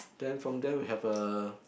then from there we have a